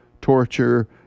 torture